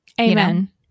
Amen